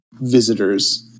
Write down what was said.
visitors